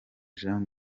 jean